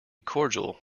cordial